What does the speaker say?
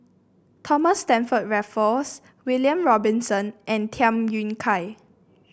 Thomas Stamford Raffles William Robinson and Tham Yui Kai